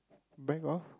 bag of